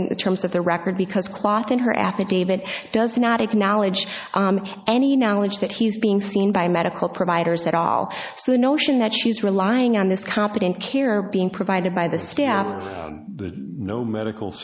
you in terms of their record because clot in her affidavit does not acknowledge any knowledge that he's being seen by medical providers at all so the notion that she's relying on this competent care being provided by the staff the no medical